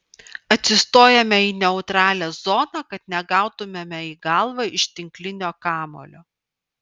atsistojame į neutralią zoną kad negautumėme į galvą iš tinklinio kamuolio